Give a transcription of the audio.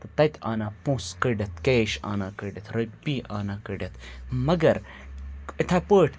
تَتہِ اَنان پونٛسہٕ کٔڑِتھ کیش آنان کٔڈِتھ رۄپیہِ اَنان کٔڑِتھ مگر یِتھَے پٲٹھۍ